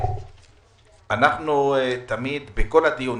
בכל הדיונים,